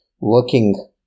working